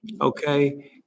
okay